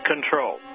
control